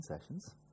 sessions